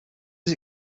his